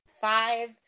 five